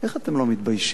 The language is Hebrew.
איך אתם לא מתביישים?